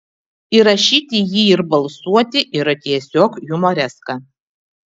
įrašyti jį ir balsuoti yra tiesiog humoreska